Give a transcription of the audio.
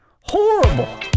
Horrible